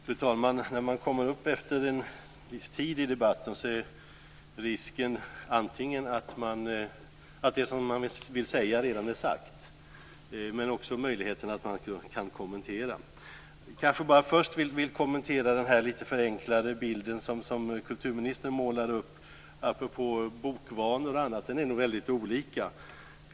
Fru talman! När man kommer upp efter en viss tid i debatten finns risken att det som man vill säga redan är sagt men också möjligheten att kommentera. Först vill jag kommentera den litet förenklade bild som kulturministern målar upp apropå bokvanor och annat. Det är nog väldigt olika.